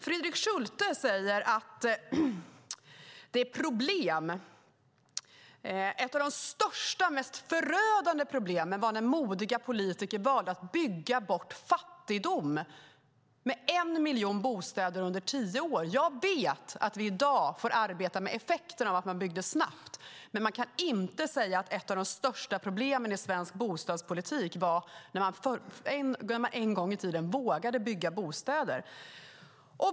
Fredrik Schulte säger att ett av de största och mest förödande problemen var när modiga politiker valde att bygga bort fattigdom med en miljon bostäder under tio år. Jag vet att vi i dag får arbeta med effekterna av att det byggdes snabbt. Man kan inte säga att ett av de största problemen i svensk bostadspolitik var när man en gång i tiden vågade bygga bostäder.